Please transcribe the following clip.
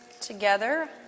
together